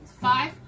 Five